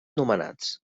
nomenats